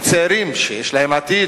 צעירים שיש להם עתיד,